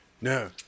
No